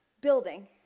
building